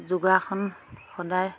যোগাসন সদায়